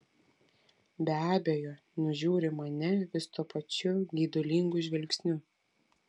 be abejo nužiūri mane vis tuo pačiu geidulingu žvilgsniu